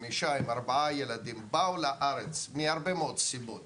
הגיעו לארץ מהרבה מאוד סיבות